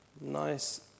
Nice